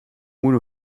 moet